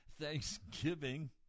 Thanksgiving